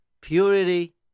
purity